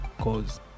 cause